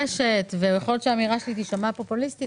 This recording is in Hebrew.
ויכול להיות שהאמירה שלי תישמע פופוליסטית